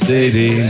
City